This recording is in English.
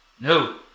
No